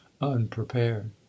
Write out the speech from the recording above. unprepared